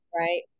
right